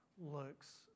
looks